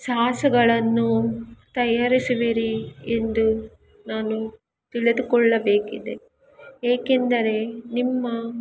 ಸಾಸ್ಗಳನ್ನು ತಯಾರಿಸುವಿರಿ ಎಂದು ನಾನು ತಿಳಿದುಕೊಳ್ಳಬೇಕಿದೆ ಏಕೆಂದರೆ ನಿಮ್ಮ